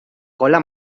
cola